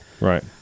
Right